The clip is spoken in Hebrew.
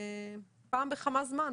שפעם בכמה זמן,